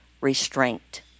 restraint